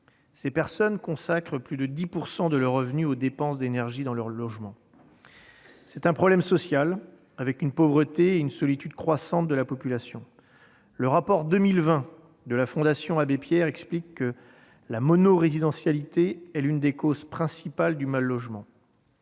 Ces personnes consacrent plus de 10 % de leurs revenus aux dépenses d'énergie dans le logement. C'est un problème social qui se traduit par une pauvreté et une solitude croissante de la population. Le rapport de la Fondation Abbé Pierre pour 2020 explique que la « monorésidentialité » est l'une des causes principales du mal-logement.